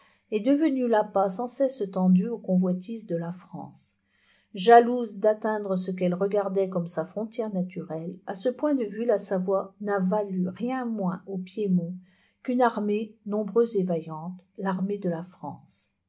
est devenu l'appât sans cesse tendu aux convoitises de la france jalouse d'atteindre ce qu'elle regardait comme sa frontière naturelle a ce point de vue la savoie n'a valu rien moins au piémont qu'une armée nombreuse et vaillante l'armée de la france